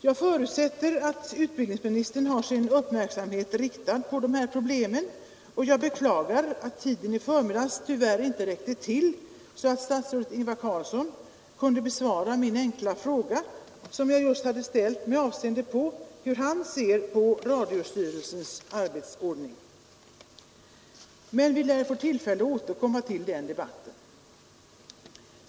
Jag förutsätter att utbildningsministern har sin uppmärksamhet riktad på de här problemen, och jag beklagar att tiden i förmiddags tyvärr inte räckte till för att statsrådet Ingvar Carlsson skulle kunna besvara den enkla fråga som jag hade ställt just i avsikt att få veta hur han ser på radiostyrelsens arbetsordning. Men vi lär få tillfälle att återkomma till den debatten.